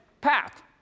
Path